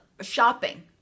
shopping